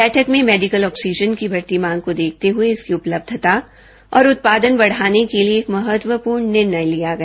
बैठक में medical oxygen की बढती मांग को देखते हुए इसकी उपलब्यता और उत्पादन बढाने के लिए एक महत्वपूर्ण निर्णय लिया गया